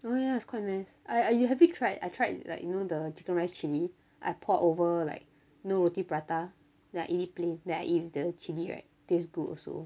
oh ya it's quite nice I have you tried I tried like you know the chicken rice chilli I poured over like you know roti prata like I eat it plain then I eat with the chilli right taste good also